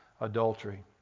adultery